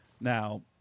Now